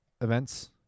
events